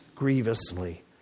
grievously